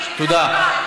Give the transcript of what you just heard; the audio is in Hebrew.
תודה.